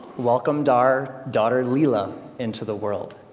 welcomed our daughter lela into the world.